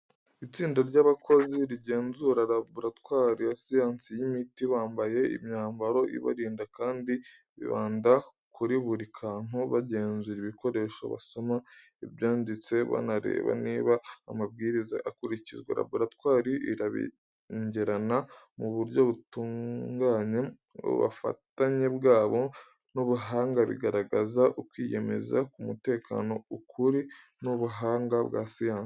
Itsinda ry’abakozi rigenzura laboratwari ya siyansi y’imiti, bambaye imyambaro ibarinda kandi bibanda kuri buri kantu. Bagenzura ibikoresho, basoma ibyanditse, banareba niba amabwiriza akurikizwa. Laboratwari irabengerana mu buryo butunganye. Ubufatanye bwabo n’ubuhanga bigaragaza ukwiyemeza ku mutekano, ukuri n’ubuhanga bwa siyansi.